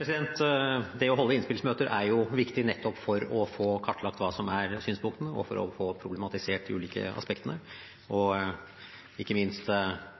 Det å holde innspillsmøter er viktig nettopp for å få kartlagt synspunktene, for å få problematisert de ulike aspektene og ikke minst